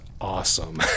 awesome